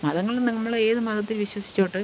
മതങ്ങള് നമ്മളെ ഏത് മതത്തിൽ വിശ്വസിച്ചോട്ട്